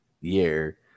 year